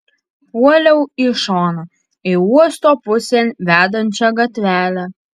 puoliau į šoną į uosto pusėn vedančią gatvelę